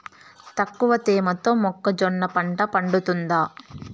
తక్కువ తేమతో మొక్కజొన్న పంట పండుతుందా?